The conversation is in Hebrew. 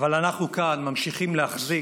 אבל אנחנו כאן ממשיכים להחזיק